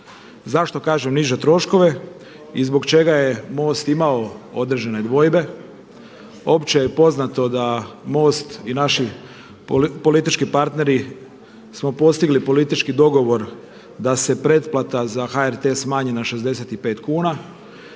Zašto kažem niže troškove i zbog čega je MOST imamo određene dvojbe? Opće je poznato da MOST i naši politički partneri smo postigli politički dogovor da se pretplata za HRT smanji na 65 kuna.